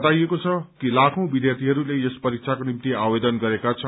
बताइएको छ कि लाखौं विद्यार्थीहरूले यस परीक्षाको निम्ति आवेदन गरेका छन्